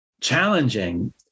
Challenging